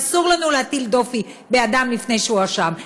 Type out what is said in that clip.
ואסור לנו להטיל דופי באדם לפני שהואשם.